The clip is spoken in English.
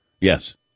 Yes